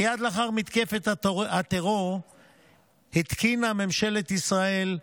מייד לאחר מתקפת הטרור התקינה ממשלת ישראל,